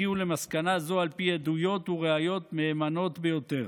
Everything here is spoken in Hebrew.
והגיעו למסקנה זו על פי עדויות וראיות מהימנות ביותר.